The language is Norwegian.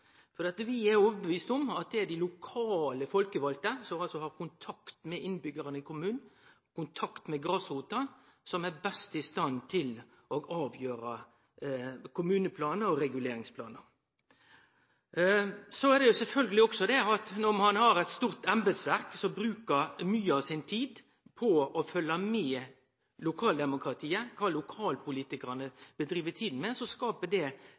sjølvråderett. No er det jo slik at når embetsmenn bryt inn i lokaldemokratiet, er det ikkje berre eit inngrep i lokaldemokratiet. Det er også eit inngrep som medfører at ein får dårlegare avgjerder. Vi er overtydde om at det er dei lokale folkevalde, som har kontakt med innbyggjarane i kommunen – kontakt med grasrota – som er best i stand til å avgjere kommuneplanar og reguleringsplanar. Så er det sjølvsagt også det at når ein har eit